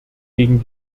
gegen